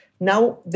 Now